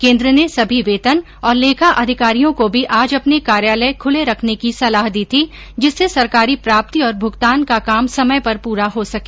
केंद्र ने सभी वेतन और लेखा अधिकारियों को भी आज अपने कार्यालय खुले रखने की सलाह दी थी जिससे सरकारी प्राप्ति और भुगतान का काम समय पर पूरा हो सके